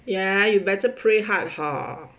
ya you better pray hard hor